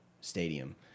stadium